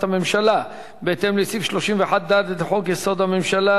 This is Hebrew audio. הממשלה בהתאם לסעיף 31(ד) לחוק-יסוד: הממשלה,